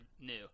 new